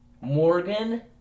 Morgan